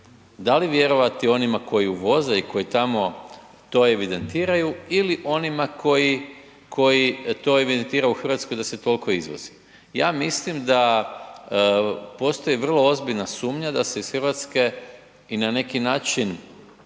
Da li vjerovati onima koji uvoze i koji tamo to evidentiraju ili onima koji to evidentiraju u Hrvatskoj da se toliko izvozi. Ja mislim da postoji vrlo ozbiljna sumnja da se iz Hrvatske i na neki način